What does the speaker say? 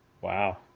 Wow